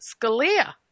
Scalia